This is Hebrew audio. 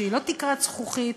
שהיא לא תקרת זכוכית,